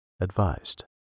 advised